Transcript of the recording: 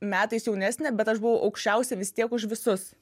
metais jaunesnė bet aš buvau aukščiausia vis tiek už visus